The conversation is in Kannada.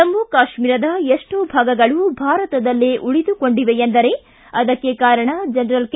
ಜಮ್ಮ ಕಾಶ್ಮೀರದ ಎಷ್ಟೋ ಭಾಗಗಳು ಭಾರತದಲ್ಲೇ ಉಳಿದುಕೊಂಡಿವೆಯೆಂದರೆ ಅದಕ್ಕೆ ಕಾರಣ ಜನರಲ್ ಕೆ